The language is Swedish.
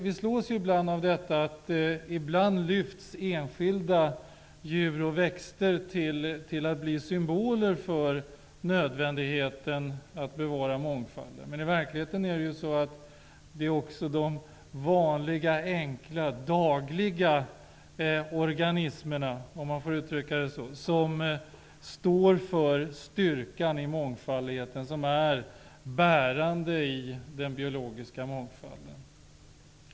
Vi slås ibland av att enskilda djur och växter lyfts upp till att bli symboler för nödvändigheten av att bevara mångfalden. Men i verkligheten är det också de vanliga enkla, dagliga organismerna, om man får uttrycka det så, som står för styrkan i mångfalden, som är bärande i den biologiska mångfalden.